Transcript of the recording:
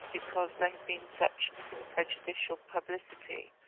because there had been such prejudicial publicity.